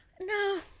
No